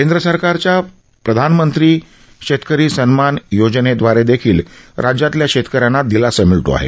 केंद्र सरकारच्या प्रधानमंत्री शेतकरी सन्मान योजनेदवारे देखील राज्यातल्या शेतक यांना दिलासा मिळतो आहे